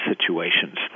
situations